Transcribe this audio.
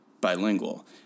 bilingual